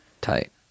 tight